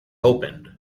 opened